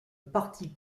parti